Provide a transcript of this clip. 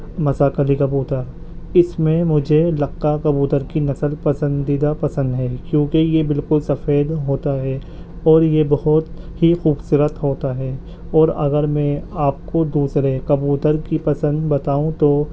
مسا کلی کبوتر اس میں مجھے لقا کبوتر کی نسل پسندیدہ پسند ہے کیونکہ یہ بالکل سفید ہوتا ہے اور یہ بہت ہی خوبصورت ہوتا ہے اور اگر میں آپ کو دوسرے کبوتر کی قسم بتاؤں تو